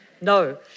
no